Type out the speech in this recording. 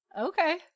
Okay